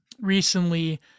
recently